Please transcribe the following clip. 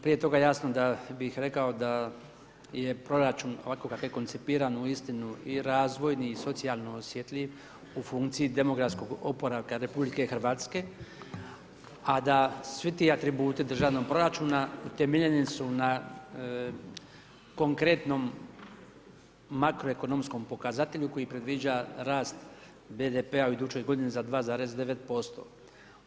Prije toga, jasno bih rekao da je proračun ovako kako je koncipiran uistinu i razvojni, i socijalno osjetljiv u funkciji demografskog oporavka Republike Hrvatske, a da svi ti atributi državnog proračuna utemeljeni su na konkretnom makroekonomskom pokazatelju koji predviđa rast BDP-a u idućoj godini za 2,9%